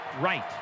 right